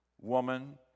woman